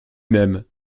même